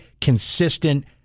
consistent